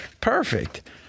Perfect